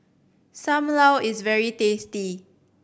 Sam Lau is very tasty